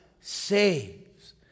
Saves